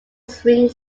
swing